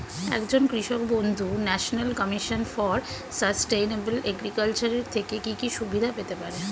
একজন কৃষক বন্ধু National Commission for Sustainable Agriculture এর থেকে কি কি সুবিধা পেতে পারে?